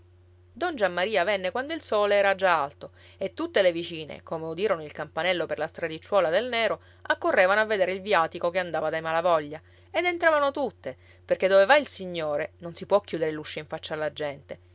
don giammaria venne quando il sole era già alto e tutte le vicine come udirono il campanello per la stradicciuola del nero accorrevano a vedere il viatico che andava dai malavoglia ed entravano tutte perché dove va il signore non si può chiudere l'uscio in faccia alla gente